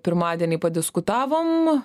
pirmadienį padiskutavom